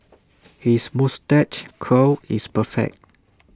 his moustache curl is perfect